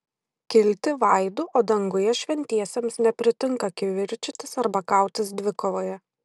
kilti vaidų o danguje šventiesiems nepritinka kivirčytis arba kautis dvikovoje